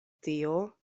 tio